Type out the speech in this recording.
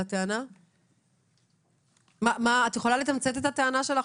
את יכולה לתמצת את הטענה שלך?